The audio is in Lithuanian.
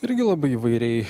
irgi labai įvairiai